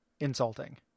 insulting